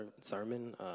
sermon